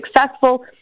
successful